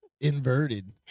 Inverted